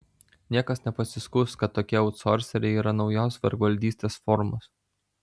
niekas nepasiskųs kad tokie autsorseriai yra naujos vergvaldystės formos